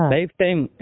Lifetime